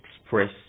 express